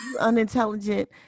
unintelligent